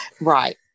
Right